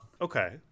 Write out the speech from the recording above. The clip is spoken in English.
okay